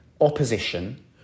opposition